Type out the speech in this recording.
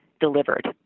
delivered